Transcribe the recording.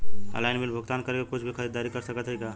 Online bill भुगतान करके कुछ भी खरीदारी कर सकत हई का?